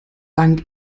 dank